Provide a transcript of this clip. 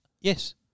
Yes